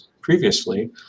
previously